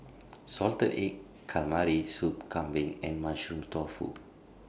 Salted Egg Calamari Soup Kambing and Mushroom Tofu